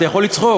אתה יכול לצחוק.